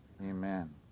Amen